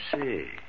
see